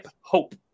Hope